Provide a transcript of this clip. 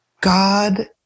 God